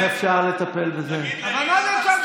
חבר הכנסת